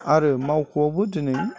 आरो मावख'वावबो दिनै